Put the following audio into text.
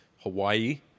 Hawaii